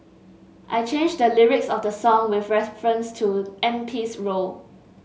I changed the lyrics of the song with reference to M P's role